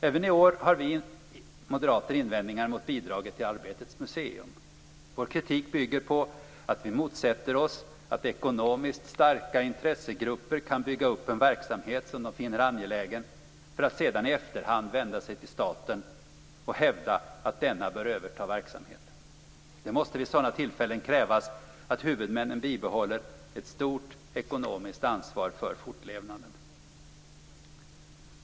Även i år har vi moderater invändningar mot bidraget till Arbetets museum. Vår kritik bygger på att vi motsätter oss att ekonomiskt starka intressegrupper kan bygga upp en verksamhet som de finner angelägen, för att sedan i efterhand vända sig till staten och hävda att denna bör överta verksamheten. Det måste vid sådana tillfällen krävas att huvudmännen bibehåller ett stort ekonomiskt ansvar för fortlevnaden.